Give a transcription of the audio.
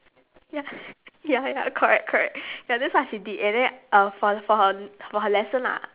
ya ya ya correct correct ya that's what she did and then uh for for her for her lesson lah